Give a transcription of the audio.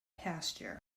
pasture